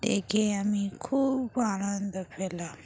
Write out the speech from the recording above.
দেখে আমি খুব আনন্দ পেলাম